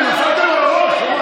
נפלתם על הראש?